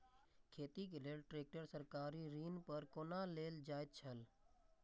खेती के लेल ट्रेक्टर सरकारी ऋण पर कोना लेल जायत छल?